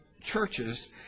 churches